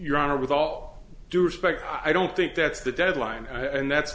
honor with all due respect i don't think that's the deadline and that's